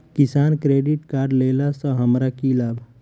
किसान credit card लेला सऽ हमरा की लाभ?